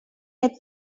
and